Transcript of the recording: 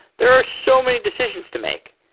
there are so many decisions to make.